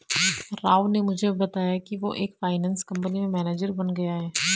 राव ने मुझे बताया कि वो एक फाइनेंस कंपनी में मैनेजर बन गया है